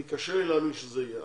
קשה לי להאמין שזה יהיה.